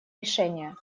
решения